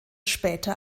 später